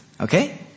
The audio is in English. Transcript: Okay